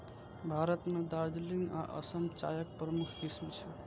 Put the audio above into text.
भारत मे दार्जिलिंग आ असम चायक प्रमुख किस्म छियै